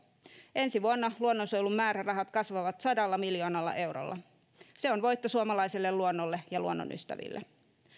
ensi vuonna luonnonsuojelun määrärahat kasvavat sadalla miljoonalla eurolla se on voitto suomalaiselle luonnolle ja luonnonystäville